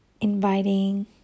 inviting